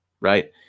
right